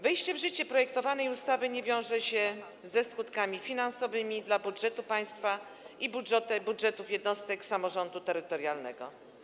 Wejście w życie projektowanej ustawy nie wiąże się ze skutkami finansowymi dla budżetu państwa i budżetów jednostek samorządu terytorialnego.